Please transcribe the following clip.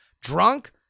drunk